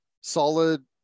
solid